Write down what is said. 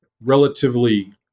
Relatively